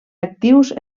actius